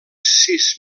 sis